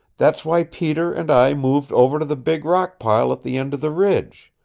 that's why peter and i moved over to the big rock-pile at the end of the ridge.